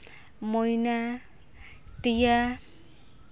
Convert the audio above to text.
ᱢᱚᱭᱱᱟ ᱴᱤᱭᱟ